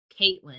Caitlin